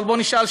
אבל בואו נשאל,